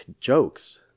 jokes